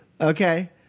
Okay